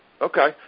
Okay